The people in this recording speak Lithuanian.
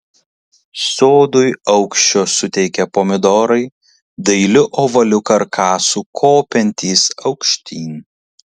sodui aukščio suteikia pomidorai dailiu ovaliu karkasu kopiantys aukštyn